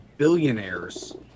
billionaires